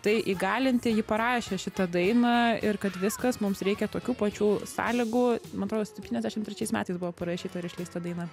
tai įgalinti ji parašė šitą dainą ir kad viskas mums reikia tokių pačių sąlygų man atrodo septyniasdešim trečiais metais buvo parašyta ir išleista daina